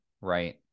right